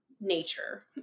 nature